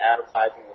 advertising